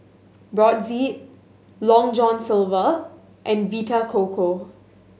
Brotzeit Long John Silver and Vita Coco